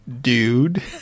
Dude